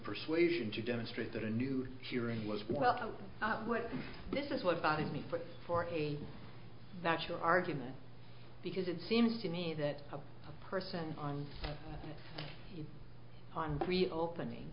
persuasion to demonstrate that a new hearing was well what this is what bothered me for this for a factual argument because it seems to me that a person on on reopening